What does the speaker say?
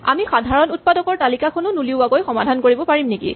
আমি সাধাৰণ উৎপাদকৰ তালিকাখনো নুলিওৱাকৈ সমাধান কৰিব পাৰিমনেকি